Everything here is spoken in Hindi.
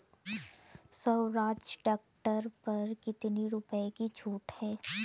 स्वराज ट्रैक्टर पर कितनी रुपये की छूट है?